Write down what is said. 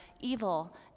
evil